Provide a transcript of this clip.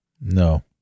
No